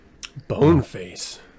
Boneface